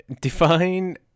Define